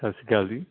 ਸਤਿ ਸ਼੍ਰੀ ਅਕਾਲ ਜੀ